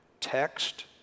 Text